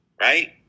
Right